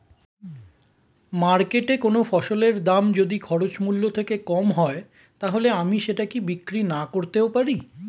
মার্কেটৈ কোন ফসলের দাম যদি খরচ মূল্য থেকে কম হয় তাহলে আমি সেটা কি বিক্রি নাকরতেও পারি?